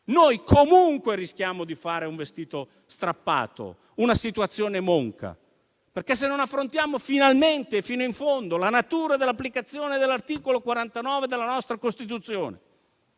premierato, rischiamo di fare un vestito strappato, una situazione monca. Se non affrontiamo finalmente e fino in fondo la natura dell'applicazione dell'articolo 49 della nostra Costituzione,